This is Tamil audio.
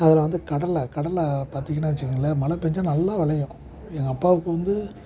அதில் வந்து கடலை கடலை பார்த்தீங்கனா வச்சுக்கங்களேன் மழை பெஞ்சால் நல்லா விளையும் எங்கள் அப்பாவுக்கு வந்து